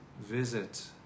visit